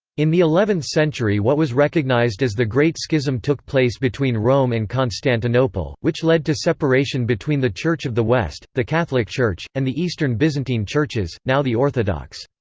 in the eleventh century what was recognised as the great schism took place between rome and constantinople, which led to separation between the church of the west, the catholic church, and the eastern byzantine churches, now the orthodox.